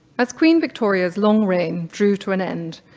as queen victoria's long reign drew to an end,